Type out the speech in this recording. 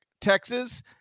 Texas